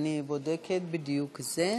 אני בודקת בדיוק את זה.